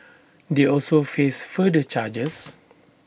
they also face further charges